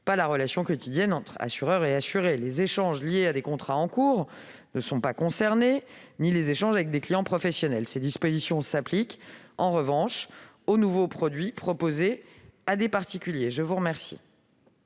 pas la relation quotidienne entre assureurs et assurés ; les échanges liés à des contrats en cours ne sont pas concernés ni les échanges avec des clients professionnels. Ces dispositions s'appliquent en revanche aux nouveaux produits proposés à des particuliers. Le sous-amendement